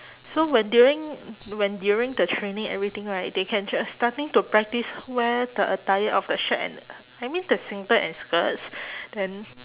so when during when during the training everything right they can just starting to practise wear the attire of the shirt and I mean the singlet and skirts then